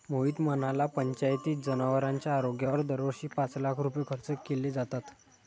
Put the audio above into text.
मोहित म्हणाला, पंचायतीत जनावरांच्या आरोग्यावर दरवर्षी पाच लाख रुपये खर्च केले जातात